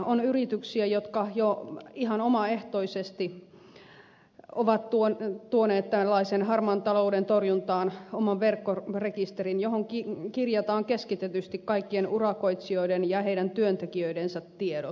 on yrityksiä jotka jo ihan omaehtoisesti ovat tuoneet harmaan talouden torjuntaan oman verkkorekisterin johon kirjataan keskitetysti kaikkien urakoitsijoiden ja heidän työntekijöidensä tiedot